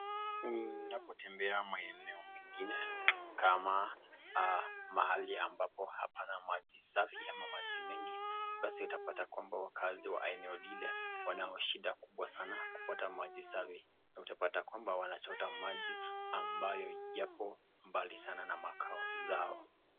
Unapotembea maeneo mengine kama mahali ambapo hapana maji safi ama maji mengi, basi utapata kwamba wakazi wa eneo lile wana shida kubwa sana kupata maji safi na utapata kwamba wanachota maji ambayo yapo mbali sana na makao zao.